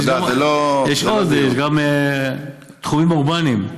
יש עוד, יש גם תחומים אורבניים.